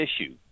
issue